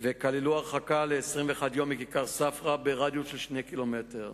וכללו הרחקה ל-21 יום מכיכר ספרא ברדיוס של 2 קילומטרים,